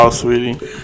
sweetie